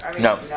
No